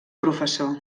professor